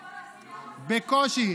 בקושי.